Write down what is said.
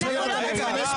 גיל,